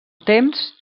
temps